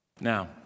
Now